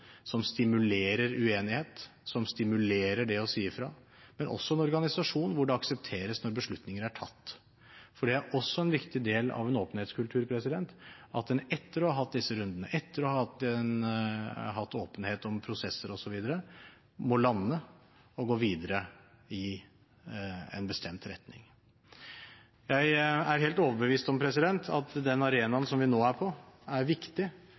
som stimulerer uenighet, stimulerer det å si ifra, og som også er en organisasjon hvor beslutninger aksepteres når de er tatt. Det er også en viktig del av en åpenhetskultur at en etter å ha hatt disse rundene, og etter å ha hatt åpenhet om prosesser osv., må lande og gå videre i en bestemt retning. Jeg er helt overbevist om at den arenaen som vi nå er på, er viktig